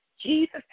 Jesus